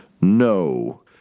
no